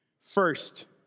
First